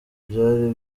byari